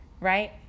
right